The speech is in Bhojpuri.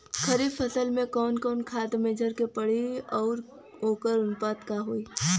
खरीफ फसल में कवन कवन खाद्य मेझर के पड़ी अउर वोकर अनुपात का होई?